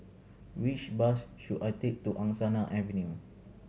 which bus should I take to Angsana Avenue